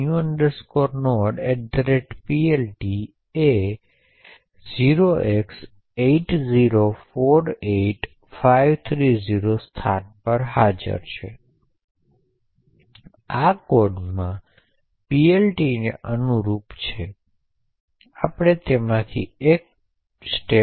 અવાજ કેટલાક અન્ય પાસાઓને કારણે આવી શકે છે જે પ્રોસેસરમાં ચાલી રહ્યાં છે ઉદાહરણ તરીકે એક પૃષ્ઠ ખામી વિક્ષેપો અને તેથી વધુ અને આને ફિલ્ટર કરવાની જરૂર છે